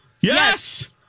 Yes